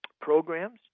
programs